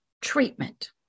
treatment